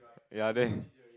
ya then